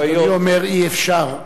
אדוני אומר: אי-אפשר.